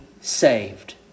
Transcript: saved